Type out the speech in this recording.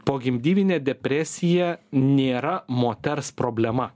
pogimdyvinė depresija nėra moters problema